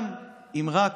גם אם רק